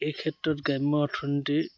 এই ক্ষেত্ৰত গ্ৰাম্য অৰ্থনীতিৰ